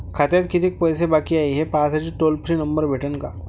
खात्यात कितीकं पैसे बाकी हाय, हे पाहासाठी टोल फ्री नंबर भेटन का?